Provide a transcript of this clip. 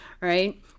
right